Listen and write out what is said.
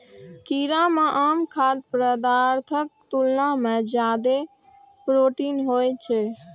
कीड़ा मे आम खाद्य पदार्थक तुलना मे जादे प्रोटीन होइ छै